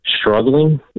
struggling